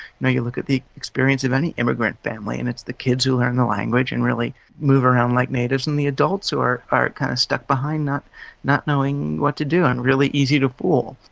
know, you look at the experience of any immigrant family and it's the kids who learn the language and really move around like natives, and the adults are are kind of stuck behind not not knowing what to do and really easy to fool.